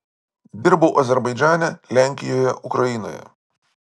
dirbau azerbaidžane lenkijoje ukrainoje